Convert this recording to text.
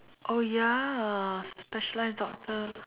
oh ya specialized doctor